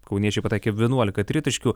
kauniečiai pataikė vienuolika tritaškių